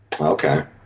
Okay